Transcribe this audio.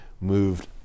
moved